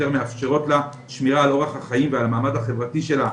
יותר מאפשרות לה שמירה על אורך חיים והמעמד החברתי שלה